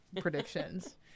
predictions